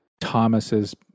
Thomas's